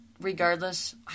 regardless